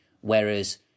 Whereas